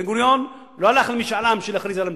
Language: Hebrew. בן-גוריון לא הלך למשאל עם בשביל להכריז על המדינה.